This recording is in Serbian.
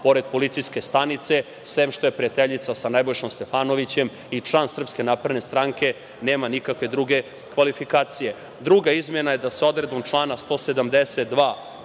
pored policijske stanice, sem što je prijateljica sa Nebojšom Stefanovićem i član SNS nema nikakve druge kvalifikacije. Druga izmena je da se odredbom člana 172.